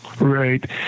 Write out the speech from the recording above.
right